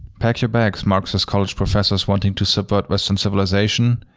pack your bags, marxist college professors wanting to subvert western civilization.